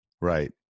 Right